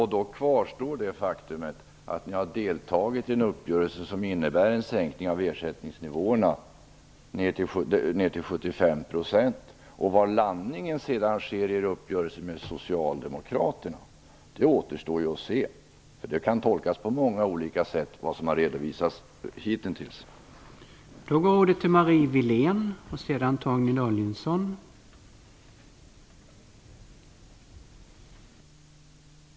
Herr talman! Faktum kvarstår att ni har deltagit i en uppgörelse som innebär en sänkning av ersättningsnivåerna ner till 75 %. Var ni sedan kommer att landa i er uppgörelse med Socialdemokraterna återstår att se. Det som har redovisats hitintills kan tolkas på många olika sätt.